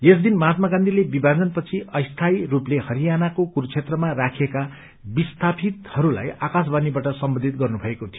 त्यस दिन महात्मा गान्धीले विभाजन पछि अस्थायी स्रूपले हरियाणाको कुरूक्षेत्रमा राखिएका विस्थापितहरूलाई आकाशवाणीबाट सम्बोधित गर्नुभएको थियो